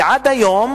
ועד היום